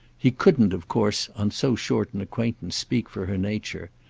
he couldn't of course on so short an acquaintance speak for her nature,